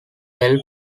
help